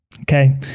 Okay